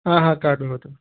हा हा कार्ड् भवतु